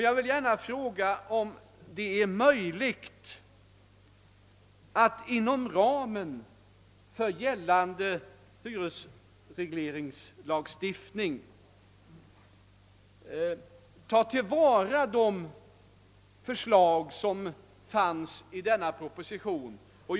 Jag vill gärna fråga om det är möjligt att inom ramen för gällande byresregleringslagstiftning ta till vara de förslag som fanns i propositionen.